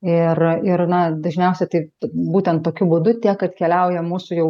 ir ir na dažniausia tai būtent tokiu būdu tiek atkeliauja mūsų jau